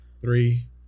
Three